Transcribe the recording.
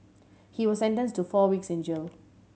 he was sentence to four weeks in jail